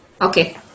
okay